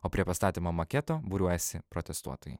o prie pastatymo maketo būriuojasi protestuotojai